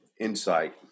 insight